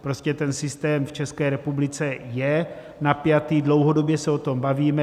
Prostě ten systém v České republice je napjatý, dlouhodobě se o tom bavíme.